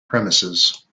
premises